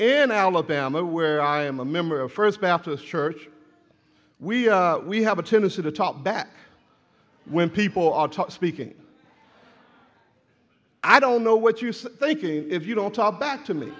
in alabama where i am a member of first baptist church we we have a tendency to top back when people are talking speaking i don't know what use thinking if you don't talk back to me